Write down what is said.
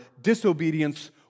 disobedience